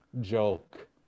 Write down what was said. joke